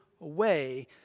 away